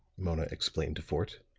mona explained to fort.